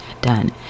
done